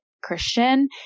Christian